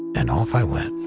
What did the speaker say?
and off i went.